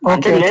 Okay